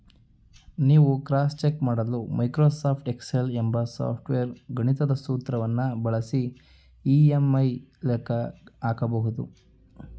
ನೀವು cross check ಮಾಡಲು Microsoft Excel ಎಂಬ ಸಾಫ್ಟ್ವೇರ್ ಗಣಿತದ ಸೂತ್ರವನ್ನು ಬಳಸಿ ಇ.ಎಂ.ಐ ಲೆಕ್ಕ ಹಾಕಬಹುದು